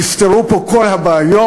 נפתרו פה כל הבעיות?